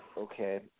Okay